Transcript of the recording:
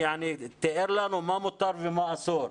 ותיאר לנו מה מותר ומה אסור.